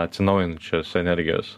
atsinaujinančius energijos